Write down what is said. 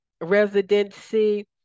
residency